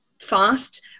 fast